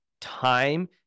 time